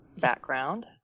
background